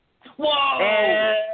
Whoa